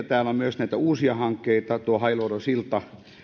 täällä on myös näitä uusia hankkeita hailuodon silta